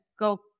go